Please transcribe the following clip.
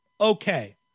Okay